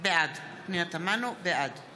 בעד יש